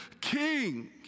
King